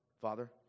father